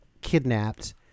kidnapped